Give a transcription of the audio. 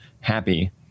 happy